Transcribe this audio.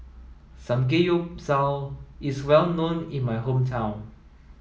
Samgeyopsal is well known in my hometown